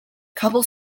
couple